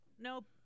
nope